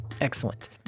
Excellent